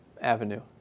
avenue